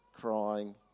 crying